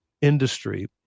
industry